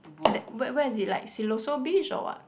that where where is it like Siloso Beach or what